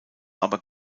aber